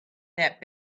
that